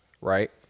right